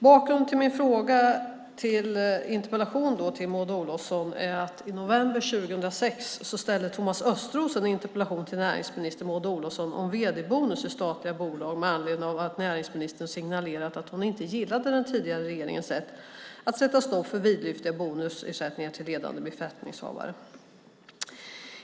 Bakgrunden till min interpellation till Maud Olofsson är att Thomas Östros i november 2006 ställde en interpellation till näringsminister Maud Olofsson om vd-bonusar i statliga bolag med anledning av att näringsministern signalerat att hon inte gillade den tidigare regeringens sätt att sätta stopp för vidlyftiga bonusersättningar till ledande befattningshavare.